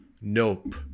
nope